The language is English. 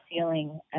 ceiling